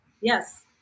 Yes